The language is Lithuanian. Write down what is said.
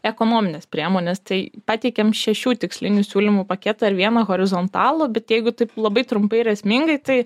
ekonomines priemones tai pateikiam šešių tikslinių siūlymų paketą ir vieną horizontalų bet jeigu taip labai trumpai ir esmingai tai